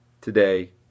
Today